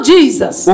Jesus